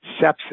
sepsis